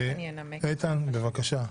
איתן, בבקשה.